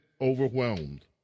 overwhelmed